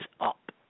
up